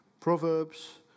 Proverbs